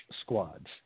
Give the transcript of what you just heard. squads